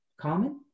common